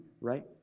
right